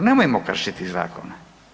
Nemojmo kršiti zakon.